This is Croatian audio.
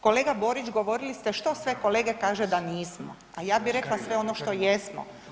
Kolega Borić govorili ste što sve kolege kaže da nismo, a ja bi rekla sve ono što jesmo.